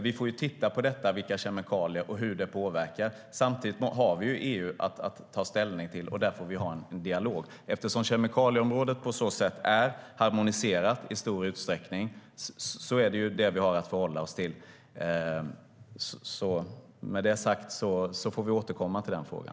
Vi får titta på vilka kemikalier det handlar om och hur det påverkar. Samtidigt har vi EU att ta ställning till, och där får vi ha en dialog. Eftersom kemikalieområdet i stor utsträckning är harmoniserat är det detta vi har att förhålla oss till. Med detta sagt får vi återkomma till frågan.